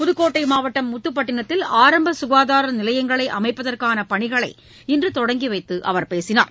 புதுக்கோட்டை மாவட்டம் முத்துப்பட்டிணத்தில் ஆரம்ப சுகாதார நிலையங்களை அமைப்பதற்கான பணிகளை இன்று தொடங்கி வைத்து அவர் பேசினார்